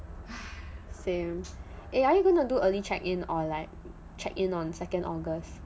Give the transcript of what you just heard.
same eh are you gonna do early check in or like check in on second august